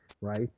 right